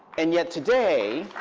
and yet today,